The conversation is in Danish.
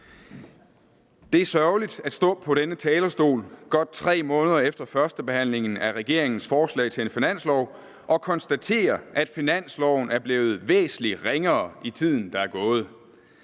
Det er sørgeligt at stå på denne talerstol godt 3 måneder efter førstebehandlingen af regeringens forslag til en finanslov og konstatere, at finansloven er blevet væsentlig ringere i tiden, der er gået.